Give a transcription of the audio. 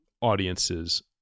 audiences